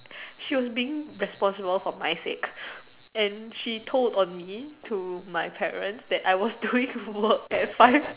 she was being responsible for my sake and she told on me to my parents that I was doing work at five